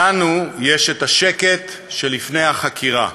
לנו יש שקט שלפני החקירה.